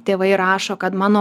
tėvai rašo kad mano